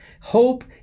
Hope